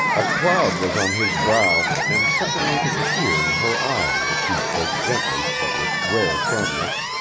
a cloud was on his brow and something like a tear in her eye as she spoke gently but with rare firmness.